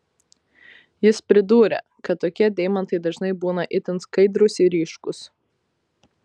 jis pridūrė kad tokie deimantai dažnai būna itin skaidrūs ir ryškūs